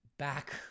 Back